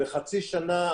בחצי שנה,